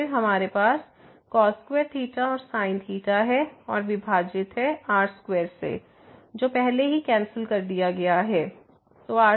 और फिर हमारे पास cos2 ϴ और sin ϴ है और विभाजित है r2 से जो पहले ही कैंसिल कर दिया गया है